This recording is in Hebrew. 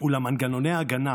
אולם מנגנוני ההגנה,